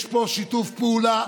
תראה,